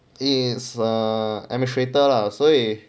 it's err administrator 啦所以